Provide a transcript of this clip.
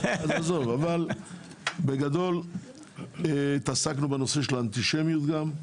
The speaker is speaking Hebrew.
אבל בגדול התעסקנו בנושא של האנטישמיות גם.